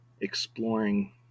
exploring